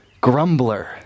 grumbler